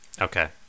Okay